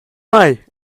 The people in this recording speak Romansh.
mei